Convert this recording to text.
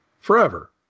forever